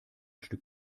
stück